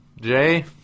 jay